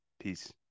Peace